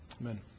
amen